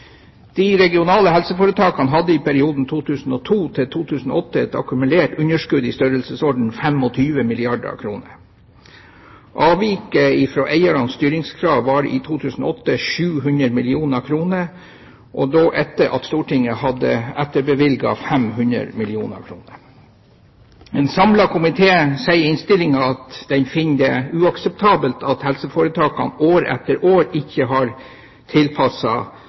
De regionale helseforetakene hadde i perioden 2002–2008 et akkumulert underskudd i størrelsesorden 25 milliarder kr. Avviket fra eiernes styringskrav var i 2008 700 mill. kr, og da etter at Stortinget hadde etterbevilget 500 mill. kr. En samlet komité sier i innstillingen at den finner det uakseptabelt at helseforetakene år etter år ikke har